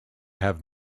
have